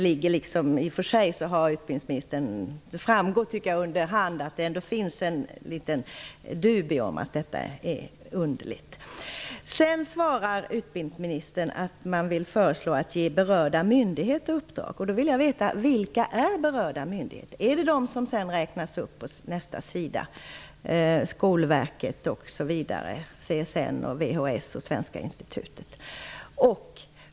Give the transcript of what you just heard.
Jag tycker att det framgår under hand att det finns en liten dubie om att detta är underligt. Sedan svarar utbildningsministern att man vill föreslå att ge berörda myndigheter uppdrag. Då vill jag veta vilka dessa berörda myndigheter är. Är det de som sedan räknas upp, Skolverket, SCN, VHS och Svenska Institutet?